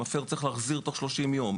המפיר צריך להחזיר תשובה תוך 30 ימים,